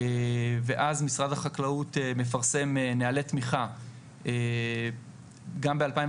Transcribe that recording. ואז משרד החקלאות מפרסם נהלי תמיכה גם ב-2019,